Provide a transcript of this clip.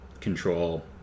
control